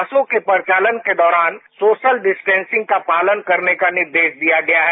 बसों के परिचालन के दौरान सोशल डिस्टेसिंग का पालन करने का निर्देश दिया गया है